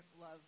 Love